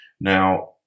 Now